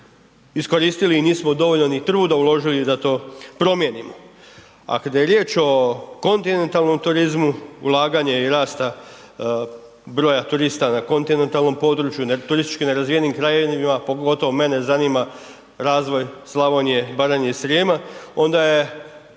iskoristili i nismo dovoljno ni truda uložili da to promijenimo. Kada je riječ o kontinentalnom turizmu, ulaganje i rasta broja turista na kontinentalnom području turistički nerazvijenim krajevima, pogotovo mene zanima razvoj Slavonije, Baranje i Srijema, onda je